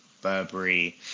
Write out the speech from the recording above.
Burberry